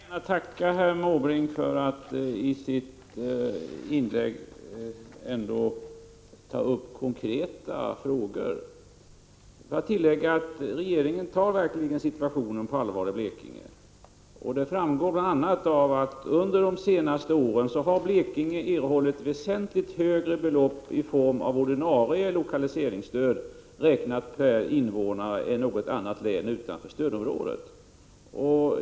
Fru talman! Jag vill gärna tacka herr Måbrink för att han i sitt inlägg tog upp konkreta frågor, och jag kan tillägga att regeringen verkligen tar situationen i Blekinge på allvar. Det framgår bl.a. av att Blekinge under de senaste åren har erhållit väsentligt högre belopp i form av ordinarie lokaliseringsstöd, räknat per invånare, än något annat län utanför stödområdet.